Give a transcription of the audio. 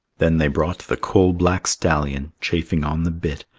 then they brought the coal-black stallion, chafing on the bit.